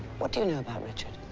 what do you know about richard?